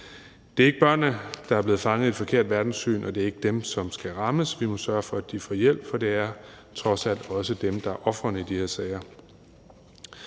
Det er ikke børnene, der er blevet fanget i et forkert verdenssyn, og det er ikke dem, som skal rammes. Vi må sørge for, at de får hjælp, for det er trods alt også dem, der er ofrene i de her sager.